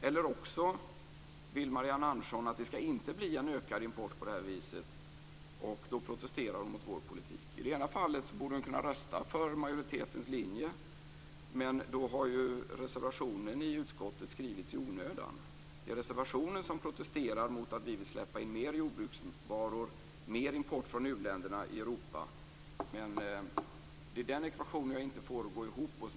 Eller också vill Marianne Andersson att det inte skall bli en ökad import på det här viset och då protesterar hon mot vår politik. I det första fallet borde hon kunna rösta för majoritetens linje. Men då har ju reservationen i betänkandet skrivits i onödan. Det är reservationen som protesterar mot att vi vill släppa in mer jordbruksvaror, mer import från u-länderna till Europa. Det är den ekvationen jag inte får att gå ihop.